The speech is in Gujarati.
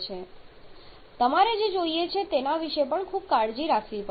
તેથી તમારે જે જોઈએ છે તેના વિશે આપણે ખૂબ કાળજી રાખવી પડશે